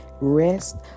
rest